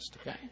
okay